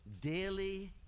daily